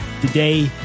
today